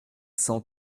cent